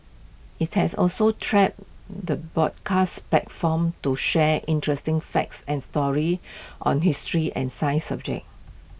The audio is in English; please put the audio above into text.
IT has also trapped the broadcast platform to share interesting facts and stories on history and science subjects